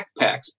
backpacks